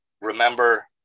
Remember